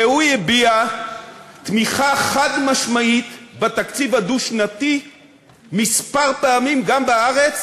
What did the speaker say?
והוא הביע תמיכה חד-משמעית בתקציב הדו-שנתי כמה פעמים,